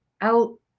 out